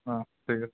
অঁ ঠিক আছে